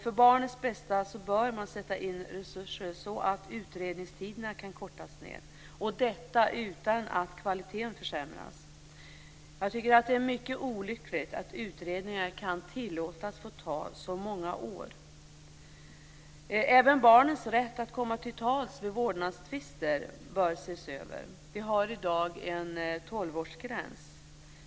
För barnets bästa bör man sätta in resurser så att utredningstiderna kan kortas ned - detta utan att kvaliteten försämras. Jag tycker att det är mycket olyckligt att utredningar kan tillåtas ta så många år. Även barnens rätt att komma till tals vid vårdnadstvister bör ses över. Vi har i dag en tolvårsgräns.